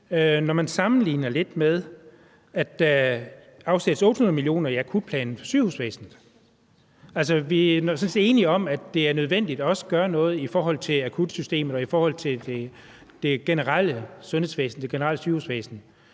når man sammenligner med, at der afsættes 800 mio. kr. i akutplanen til sygehusvæsenet. Vi er sådan set enige om, at det også er nødvendigt at gøre noget i forhold til akutsystemet og i forhold til det generelle sygehusvæsen,